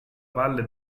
valle